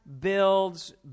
builds